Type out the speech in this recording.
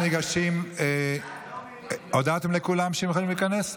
אנחנו ניגשים, הודעתם לכולם שהם יכולים להיכנס?